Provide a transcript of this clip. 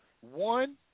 One